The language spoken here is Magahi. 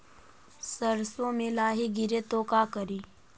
सरसो मे लाहि गिरे तो का करि?